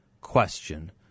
question